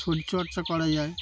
শরীরচর্চা করা যায়